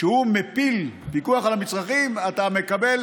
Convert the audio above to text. שמפיל פיקוח על המצרכים, ואתה מקבל